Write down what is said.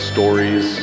Stories